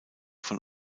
von